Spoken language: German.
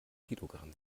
kilogramm